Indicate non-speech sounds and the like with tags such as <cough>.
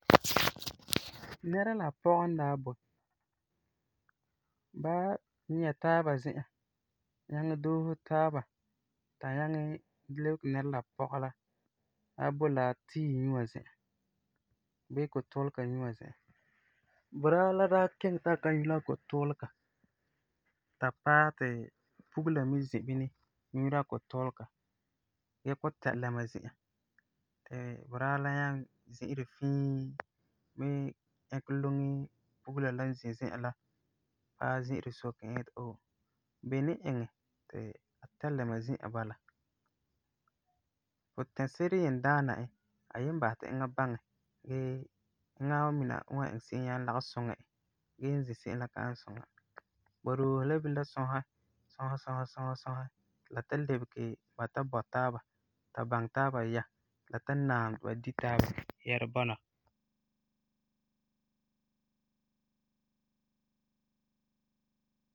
<noise> Nɛra la a pɔga n daa boi, ba nyɛ taaba zi'an, nyaŋɛ doose taaba ta nyaŋɛ lebege nɛra la a pɔga la daa boi la tea nyua zi'an, bii ko-tuulega nyua zi'an. Budaa la daa kiŋɛ ti a ka nyu la a ko-tuulega, ta paɛ ti pugela la me zi bini nyuura a ko-tuulega gee kɔ'ɔm tɛ lɛma zi'an, ti budaa la nyaa zi'ire fii gee ɛkɛ loŋe pugela la n zinlq zi'an la, paɛ zi'ire soke n yeti oo, beni n iŋɛ ri a tɛ lɛma zi'a bala? Puti-se'ere yen daana e a yen basɛ ti eŋa baŋɛ gee eŋa wan mina n wan iŋɛ se'em lagum suŋɛ e, gee e zi se'em la ka ani suŋa. Ba doose la bilam sɔsɛ, sɔsɛ sɔsɛ sɔsɛ sɔsɛ, ti la ta lebege ba ta bɔ taaba, ta baŋɛ taaba yɛla, ti la ta Na'am ba di taaba <noise> yɛrum bɔna.